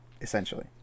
essentially